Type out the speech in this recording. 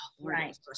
right